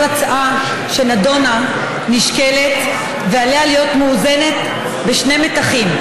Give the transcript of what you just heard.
כל הצעה שנדונה נשקלת ועליה להיות מאוזנת בשני מתחים: